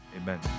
Amen